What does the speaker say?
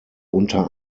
unter